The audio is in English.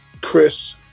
Chris